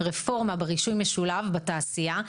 רפורמה ברישוי משולב בתעשייה,